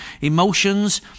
emotions